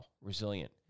Resilient